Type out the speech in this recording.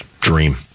Dream